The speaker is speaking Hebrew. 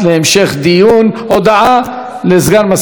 הודעה לסגן מזכירת הכנסת.